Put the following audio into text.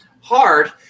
hard